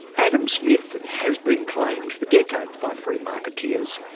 adam smith has been claimed for decades by free marketeers,